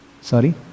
Sorry